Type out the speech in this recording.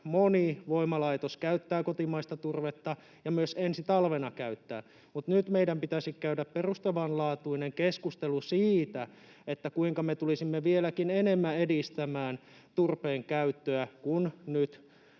moni voimalaitos käyttää kotimaista turvetta ja myös ensi talvena käyttää. Mutta nyt meidän pitäisi käydä perustavanlaatuinen keskustelu siitä, kuinka me tulisimme vieläkin enemmän edistämään turpeen käyttöä ja kuinka nyt